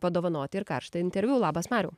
padovanoti ir karštą interviu labas mariau